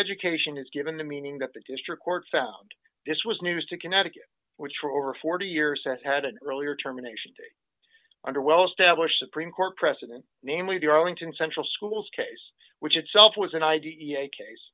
education is given the meaning that the district court found this was news to connecticut which for over forty years has had an earlier terminations under well established supreme court precedent namely the arlington central schools case which itself was an id e a case